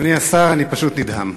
אדוני השר, אני פשוט נדהם.